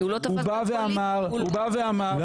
הוא בא ואמר שההחלטה --- הוא לא תפס צד פוליטי.